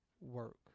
work